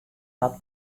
dat